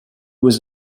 was